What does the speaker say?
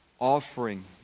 offering